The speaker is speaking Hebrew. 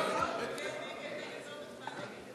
נא להצביע.